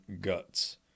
guts